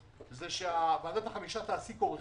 יש שאלה אם יפקח עליו פרקליט מחוז